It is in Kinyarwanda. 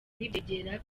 n’ibyegera